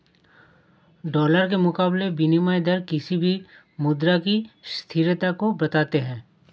dollar के मुकाबले विनियम दर किसी भी मुद्रा की स्थिरता को बताते हैं